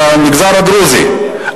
למגזר הדרוזי,